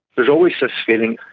there's always this feeling,